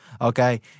okay